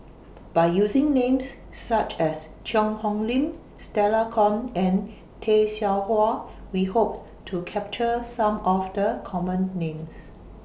By using Names such as Cheang Hong Lim Stella Kon and Tay Seow Huah We Hope to capture Some of The Common Names